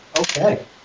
Okay